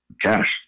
cash